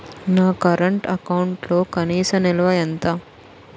నా కరెంట్ అకౌంట్లో కనీస నిల్వ ఎంత?